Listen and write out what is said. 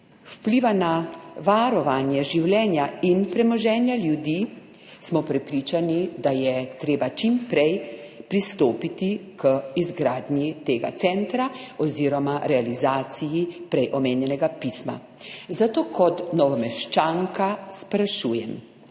tudi na varovanje življenja in premoženja ljudi, smo prepričani, da je treba čim prej pristopiti k izgradnji tega centra oziroma k realizaciji prej omenjenega pisma. Zato kot Novomeščanka sprašujem: